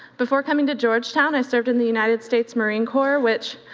before coming to georgetown, i served in the united states marine corp, which,